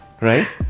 right